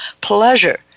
pleasure